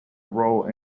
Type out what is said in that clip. role